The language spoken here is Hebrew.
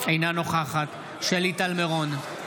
אינה נוכחת שלי טל מירון,